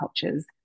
cultures